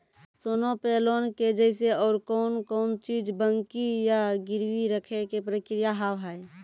सोना पे लोन के जैसे और कौन कौन चीज बंकी या गिरवी रखे के प्रक्रिया हाव हाय?